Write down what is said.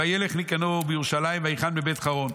"וילך ניקנור בירושלים ויחן בבית חורון,